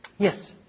Yes